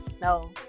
No